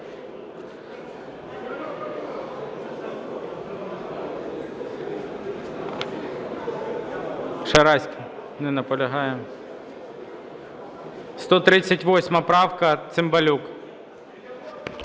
138 правка, Цимбалюк.